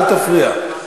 אל תפריע.